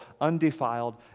undefiled